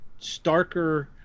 starker